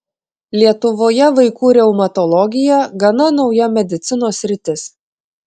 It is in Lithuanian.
lietuvoje vaikų reumatologija gana nauja medicinos sritis